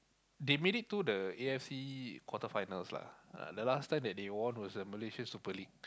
they made it to the A_F_C quarter finals lah uh the last time that they won was the Malaysia super league